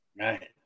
right